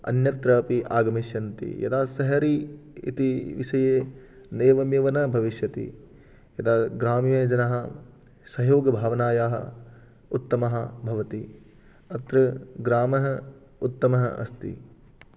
अन्यत्राऽपि आगमिष्यन्ति यदा सहरी इति विषये एवमेव न भविष्यति यदा ग्रामीणजनाः सहयोगभावनायाः उत्तमः भवति अत्र ग्रामः उत्तमः अस्ति